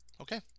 Okay